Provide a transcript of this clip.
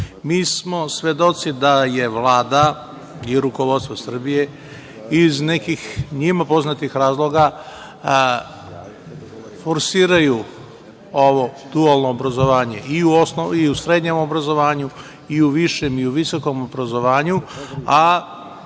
smo svedoci da je Vlada i rukovodstvo Srbije, iz nekih njima poznatih razloga forsiraju ovo dualno obrazovanje i u srednjem i u višem i u visokom obrazovanju, a